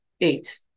Eight